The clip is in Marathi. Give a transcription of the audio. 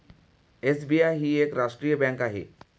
एस.बी.आय ही एक राष्ट्रीय बँक आहे